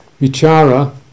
Vichara